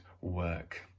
work